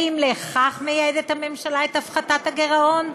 האם לכך מייעדת הממשלה את הפחתת הגירעון?